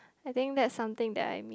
I think that's something that I mean